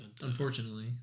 unfortunately